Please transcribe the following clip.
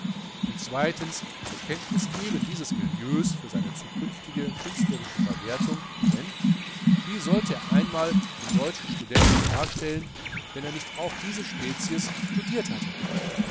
und zweitens zur kenntnis eben dieses milieus für seine zukünftige künstlerische verwertung denn wie sollte er einmal den deutschen studenten darstellen wenn er nicht auch diese spezies studiert hatte